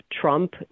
Trump